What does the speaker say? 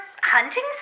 hunting